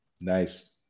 nice